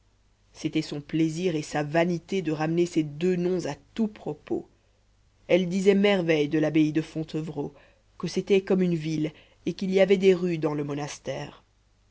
c'était son plaisir et sa vanité de ramener ces deux noms à tout propos elle disait merveilles de l'abbaye de fontevrault que c'était comme une ville et qu'il y avait des rues dans le monastère